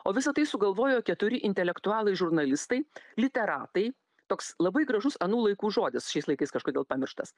o visa tai sugalvojo keturi intelektualai žurnalistai literatai toks labai gražus anų laikų žodis šiais laikais kažkodėl pamirštas